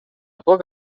poc